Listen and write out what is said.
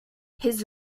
his